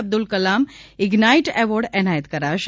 Abdul Kalam ignite award એનાયત કરાશે